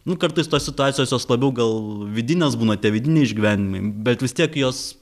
nu kartais tos situacijos jos labiau gal vidinės būna tie vidiniai išgyvenimai bet vis tiek jos